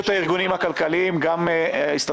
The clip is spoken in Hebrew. אנחנו עוברים לחלק השני עם הממונה על התקציבים.